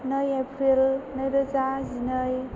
नै एप्रिल नैरोजा जिनै